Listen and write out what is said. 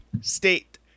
state